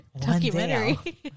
documentary